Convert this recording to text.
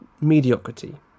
mediocrity